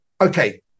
Okay